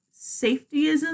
safetyism